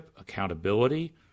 accountability